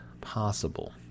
possible